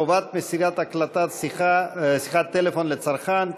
חובת מסירת הקלטת שיחת טלפון לצרכן),